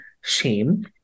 shame